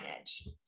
edge